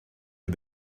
des